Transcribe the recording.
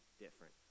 different